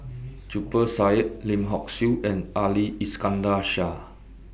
Zubir Said Lim Hock Siew and Ali Iskandar Shah